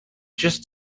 just